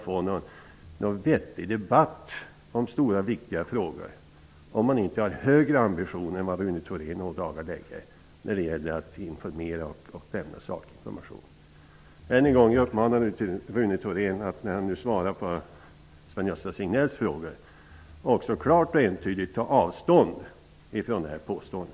Hur skall man kunna få en vettig debatt om stora och viktiga frågor om man inte har högre ambitioner än vad Rune Thorén ådagalägger när det gäller att informera och lämna sakinformation? Jag uppmanar än en gång Rune Thorén att också klart och entydigt ta avstånd från detta påstående när han svarar på Sven-Gösta Signells frågor.